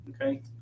Okay